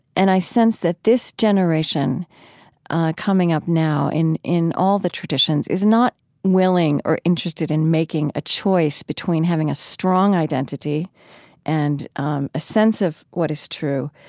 and i sense that this generation coming up now, in in all the traditions, is not willing or interested in making a choice between having a strong identity and um a sense of what is true,